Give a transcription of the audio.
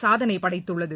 சாதனை படைத்துள்ளது